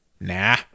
Nah